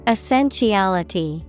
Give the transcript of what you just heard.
Essentiality